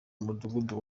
mudugudu